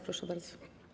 Proszę bardzo.